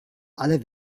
aller